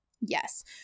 Yes